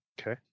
Okay